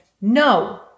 no